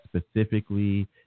specifically